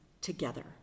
together